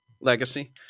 legacy